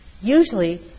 usually